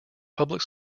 public